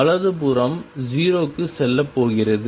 வலது புறம் 0 க்குச் செல்லப் போகிறது